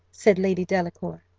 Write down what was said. said lady delacour.